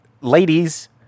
ladies